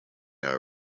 our